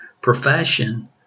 profession